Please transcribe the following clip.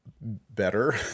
better